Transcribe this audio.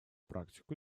практику